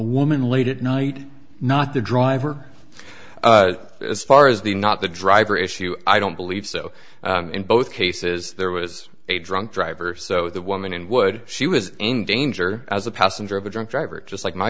woman late at night not the driver but as far as the not the driver issue i don't believe so in both cases there was a drunk driver so the woman and would she was endanger as a passenger of a drunk driver just like my